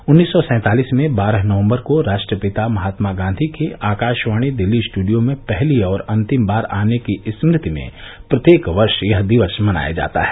उन्नीस सौ सैंतालिस में बारह नवम्बर को राष्ट्रपिता महात्मा गांधी के आकाशवाणी दिल्ली स्टूडियो में पहली और अंतिम बार आने की स्मृति में प्रत्येक वर्ष यह दिवस मनाया जाता है